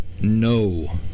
no